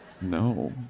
No